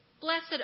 Blessed